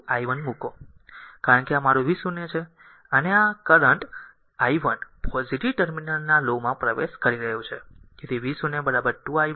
છે તેથી v0 2 i 1 મૂકો કારણ કે આ મારું v0 છે અને આ r આ કરંટ i 1 પોઝીટીવ ટર્મિનલના લો માં પ્રવેશ કરી રહ્યું છે તેથી v0 2 i 1